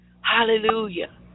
Hallelujah